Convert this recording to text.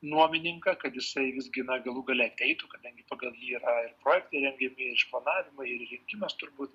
nuomininką kad jisai visgi na galų gale ateitų kadangi pagal jį yra ir projektai rengiami išplanavimai ir įrengimas turbūt